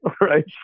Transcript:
right